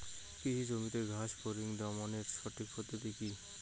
কৃষি জমিতে ঘাস ফরিঙ দমনের সঠিক পদ্ধতি কি?